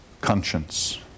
conscience